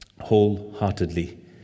wholeheartedly